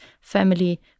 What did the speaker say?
family